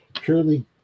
purely